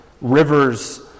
Rivers